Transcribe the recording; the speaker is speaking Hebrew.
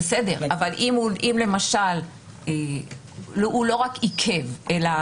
בסדר, אבל אם למשל הוא לא רק עיכב אלא